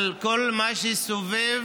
על כל מה שסובב,